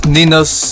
Ninos